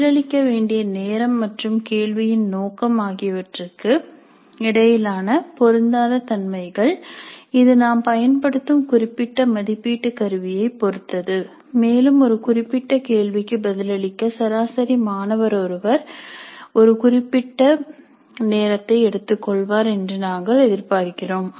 பதிலளிக்க வேண்டிய நேரம் மற்றும் கேள்வியின் நோக்கம் ஆகியவற்றுக்கு இடையிலான பொருந்தாத தன்மைகள் இது நாம் பயன்படுத்தும் குறிப்பிட்ட மதிப்பீட்டு கருவியைப் பொறுத்தது மேலும் ஒரு குறிப்பிட்ட கேள்விக்கு பதிலளிக்க சராசரி மாணவர் ஒரு குறிப்பிட்ட நேரத்தை எடுத்துக் கொள்வார் என்று நாங்கள் எதிர்பார்க்கிறோம்